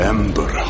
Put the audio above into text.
Ember